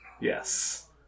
Yes